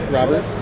Robert